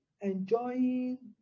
enjoying